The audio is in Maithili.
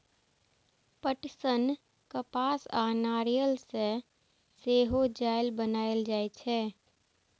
पटसन, कपास आ नायलन सं सेहो जाल बनाएल जाइ छै